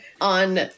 on